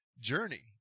journey